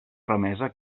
remesa